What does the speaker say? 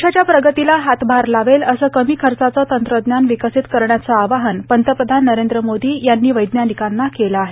देशाच्या प्रगतीला हातभार लावेल असं कमी खर्चाचं तंत्रज्ञान विकसित करण्याचं आवाहन पंतप्रधान नरेंद्र मोदी यांनी वैज्ञानिकांना केलं आहे